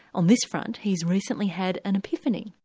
on this front he has recently had an epiphany.